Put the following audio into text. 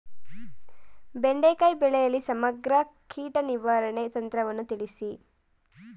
ಬೆಂಡೆಕಾಯಿ ಬೆಳೆಯಲ್ಲಿ ಸಮಗ್ರ ಕೀಟ ನಿರ್ವಹಣೆ ತಂತ್ರವನ್ನು ತಿಳಿಸಿ?